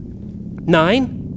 Nine